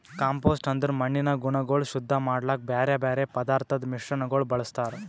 compost ಅಂದುರ್ ಮಣ್ಣಿನ ಗುಣಗೊಳ್ ಶುದ್ಧ ಮಾಡ್ಲುಕ್ ಬ್ಯಾರೆ ಬ್ಯಾರೆ ಪದಾರ್ಥದ್ ಮಿಶ್ರಣಗೊಳ್ ಬಳ್ಸತಾರ್